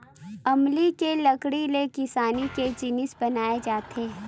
अमली के लकड़ी ले किसानी के जिनिस बनाए जाथे